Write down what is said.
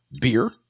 beer